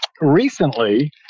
recently